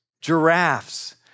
giraffes